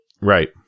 Right